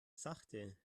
sachte